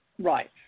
Right